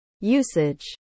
Usage